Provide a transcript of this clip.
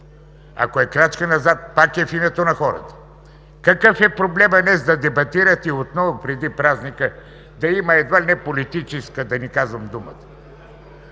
ако е крачка назад, пак е в името на хората. Какъв е проблемът днес да дебатирате отново преди празника, да има едва ли не политическа – да не казвам думата.